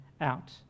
out